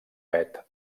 vet